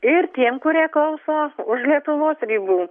ir tiem kurie klauso už lietuvos ribų